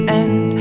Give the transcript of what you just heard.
end